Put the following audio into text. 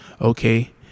Okay